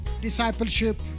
discipleship